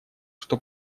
что